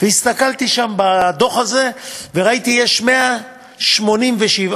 הסתכלתי בדוח הזה וראיתי שיש 187